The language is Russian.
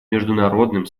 международным